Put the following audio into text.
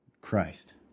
Christ